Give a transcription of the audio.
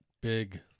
big